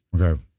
Okay